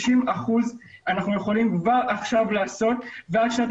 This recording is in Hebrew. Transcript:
אנחנו יכולים כבר עכשיו לעשות 50% ועד שנת